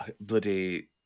bloody